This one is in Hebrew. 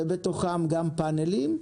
ובתוכם גם פאנלים.